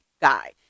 guy